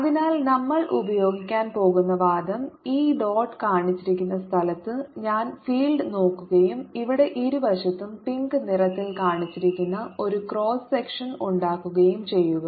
അതിനാൽ നമ്മൾ ഉപയോഗിക്കാൻ പോകുന്ന വാദം ഈ ഡോട്ട് കാണിച്ചിരിക്കുന്ന സ്ഥലത്ത് ഞാൻ ഫീൽഡ് നോക്കുകയും ഇവിടെ ഇരുവശത്തും പിങ്ക് നിറത്തിൽ കാണിച്ചിരിക്കുന്ന ഒരു ക്രോസ് സെക്ഷൻ ഉണ്ടാക്കുകയും ചെയ്യുക